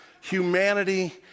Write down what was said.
Humanity